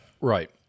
Right